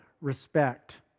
respect